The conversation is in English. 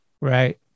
Right